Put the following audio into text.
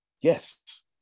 Yes